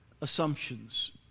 assumptions